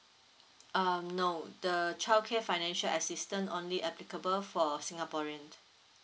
um no the childcare financial assistant only applicable for singaporean